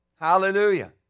Hallelujah